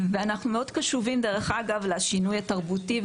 אנחנו מאוד קשובים לשינוי התרבותי.